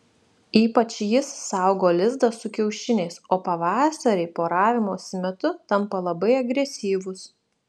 ypač jis saugo lizdą su kiaušiniais o pavasarį poravimosi metu tampa labai agresyvus